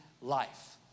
life